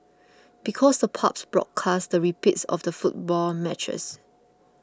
because the pubs broadcast the repeats of the football matches